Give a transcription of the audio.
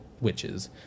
witches